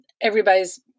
everybody's